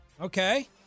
Okay